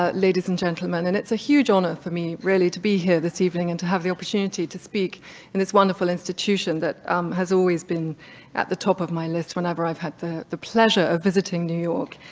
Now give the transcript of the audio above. ah ladies and gentlemen. and it's a huge honor for me really to be here this evening, and to have an opportunity to speak in this wonderful institution that has always been at the top of my list whenever i've had the the pleasure of visiting new york.